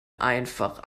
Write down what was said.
einfach